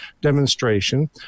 demonstration